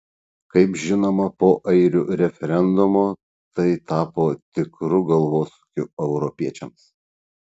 kaip žinoma po airių referendumo tai tapo tikru galvosūkiu europiečiams